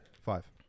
Five